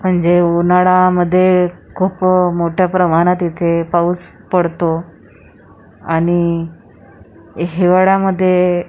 म्हणजे उन्हाळ्यामध्ये खूप मोठ्या प्रमाणात इथे पाऊस पडतो आणि हिवाळ्यामध्ये